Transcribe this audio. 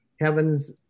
heavens